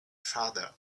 farther